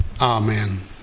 Amen